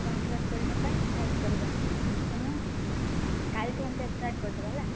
form fill up କରିବା ପାଇଁ help କରିବା ଏଣୁ କାଲିଠୁ ଏମିତି ଷ୍ଟାର୍ଟ୍ କରିଦେବା ହେଲା